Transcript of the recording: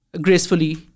gracefully